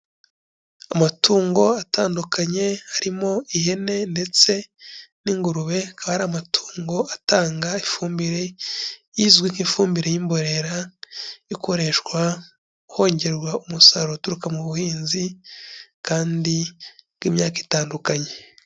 Amatungo atandukanye harimo ihene ndetse n'ingurube, akaba ari amatungo atanga ifumbire, izwi nk'ifumbire y'imborera, ikoreshwa hongerwa umusaruro uturuka mu buhinzi kandi bw'imyaka itandukanye.